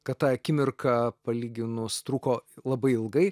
kad ta akimirka palyginus truko labai ilgai